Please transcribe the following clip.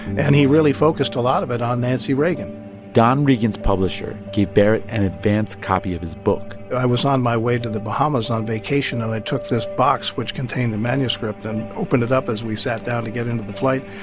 and he really focused a lot of it on nancy reagan don regan's publisher gave barrett an advance copy of his book i was on my way to the bahamas on vacation. and i took this box, which contained the manuscript, and opened it up as we sat down to get into the flight.